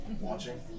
watching